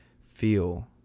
feel